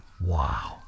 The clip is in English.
Wow